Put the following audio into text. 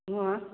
ꯑꯣ